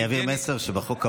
אני אעביר מסר שבחוק הבא,